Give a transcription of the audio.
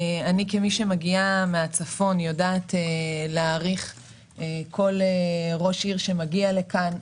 כמי שמגיעה מהצפון אני יודעת להעריך כל ראש עירייה שמגיע לכאן.